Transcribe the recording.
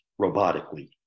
robotically